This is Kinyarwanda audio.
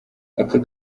ako